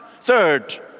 third